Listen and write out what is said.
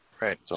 right